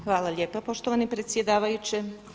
Hvala lijepa poštovani predsjedavajući.